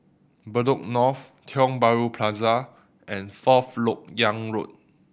Bedok North Tiong Bahru Plaza and Fourth Lok Yang Road